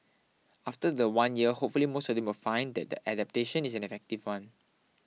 after the one year hopefully most of them will find that the adaptation is an effective one